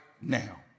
now